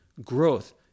growth